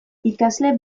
ikasle